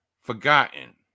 forgotten